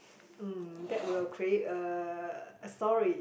mm that will create a a story